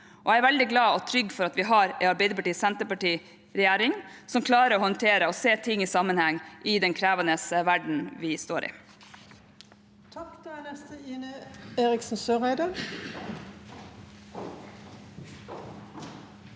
Jeg er veldig glad og trygg for at vi har en Arbeiderparti–Senterparti-regjering som klarer å håndtere og se ting i sammenheng, i den krevende verdenen vi lever i.